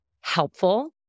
helpful